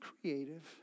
creative